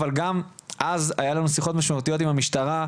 אבל גם אז היו לנו שיחות משמעותיות עם המשטרה,